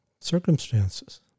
circumstances